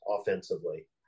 offensively